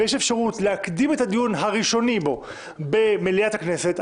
ויש אפשרות להקדים את הדיון הראשוני בו במליאת הכנסת,